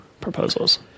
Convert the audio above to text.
proposals